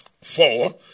four